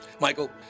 Michael